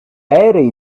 aerei